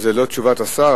זו לא תשובת השר,